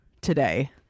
today